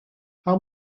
how